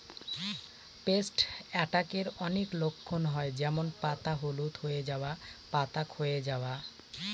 paste অ্যাটাকের অনেক লক্ষণ হয় যেমন পাতা হলুদ হয়ে যাওয়া, পাতা ক্ষয়ে যাওয়া